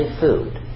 food